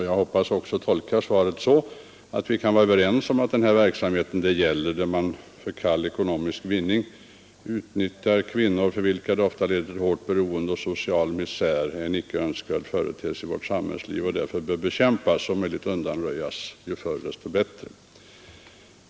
Jag hoppas också — och tolkar svaret så — att vi kan vara överens om att den verksamhet det här gäller, där man för kall ekonomisk vinning utnyttjat kvinnor på ett sätt som ofta leder till hårt beroende och social misär, är en icke önskvärd företeelse i vårt samhällsliv och därför bör bekämpas och om möjligt undanröjas, ju förr dess bättre.